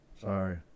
Sorry